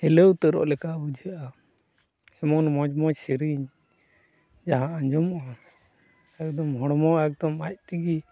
ᱦᱤᱞᱟᱹᱣ ᱩᱛᱟᱹᱨᱚᱜ ᱞᱮᱠᱟ ᱵᱩᱡᱷᱟᱹᱜᱼᱟ ᱮᱢᱚᱱ ᱢᱚᱡᱽ ᱢᱚᱡᱽ ᱥᱮᱨᱮᱧ ᱡᱟᱦᱟᱸ ᱟᱸᱡᱚᱢᱚᱜᱼᱟ ᱮᱠᱫᱚᱢ ᱦᱚᱲᱢᱚ ᱮᱠᱫᱚᱢ ᱟᱡᱽ ᱛᱮᱜᱮ